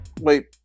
Wait